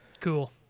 Cool